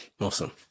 Awesome